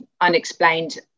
unexplained